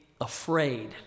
afraid